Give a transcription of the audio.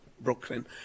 Brooklyn